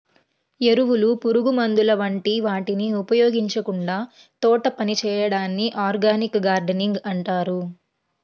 ఎరువులు, పురుగుమందుల వంటి వాటిని ఉపయోగించకుండా తోటపని చేయడాన్ని ఆర్గానిక్ గార్డెనింగ్ అంటారు